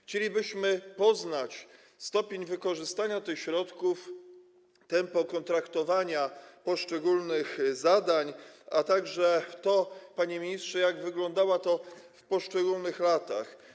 Chcielibyśmy poznać stopień wykorzystania tych środków, tempo kontraktowania poszczególnych zadań, a także to, panie ministrze, jak wyglądało to w poszczególnych latach.